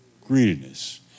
greediness